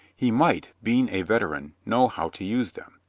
he might, being a veteran, know how to use them.